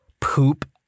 Poop